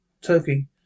turkey